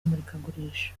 imurikagurisha